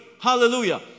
Hallelujah